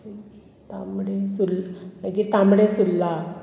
Tambdi Surla Tambdi Surla